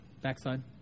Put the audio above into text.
backside